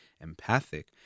empathic